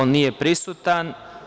Nije prisutan.